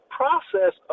process